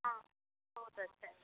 हँ बहुत अच्छा छै